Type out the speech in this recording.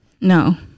No